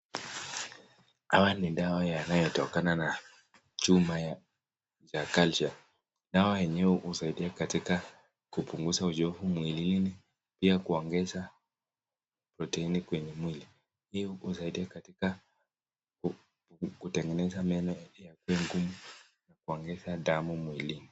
Haya ni dawa yanayo tokana na chuma ya Calcium , dawa yenyewe husaidia katika kupunguza uchungu mwilini pia kuongeza protein kwenye mwili. Hiyo usaidia katika kutengeneza meno yakue ngumu na kuongeza damu mwilini.